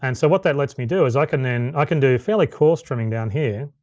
and so what that lets me do is i can then, i can do fairly coarse trimming down here.